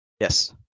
Yes